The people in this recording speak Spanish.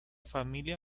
familia